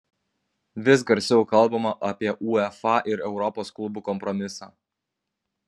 vis garsiau kalbama apie uefa ir europos klubų kompromisą